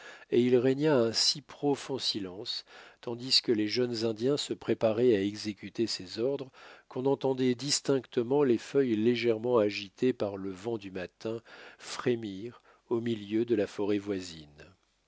et il régna un si profond silence tandis que les jeunes indiens se préparaient à exécuter ses ordres qu'on entendait distinctement les feuilles légèrement agitées par le vent du matin frémir au milieu de la forêt voisine